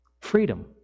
Freedom